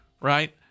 right